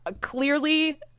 clearly